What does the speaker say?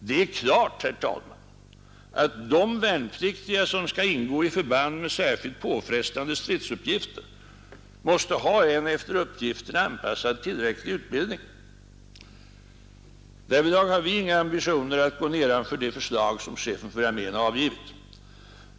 Det är klart, herr talman, att de värnpliktiga, som skall ingå i förband med särskilt påfrestande stridsuppgifter, måste ha en efter uppgiften anpassad tillräcklig utbildning. Därvidlag har vi inga ambitioner att gå nedanför de förslag som chefen för armén avgivit.